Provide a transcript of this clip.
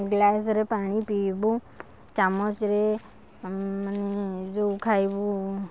ଗ୍ଲାସରେ ପାଣି ପିଇବୁ ଚାମଚରେ ମାନେ ଯେଉଁ ଖାଇବୁ